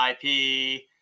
IP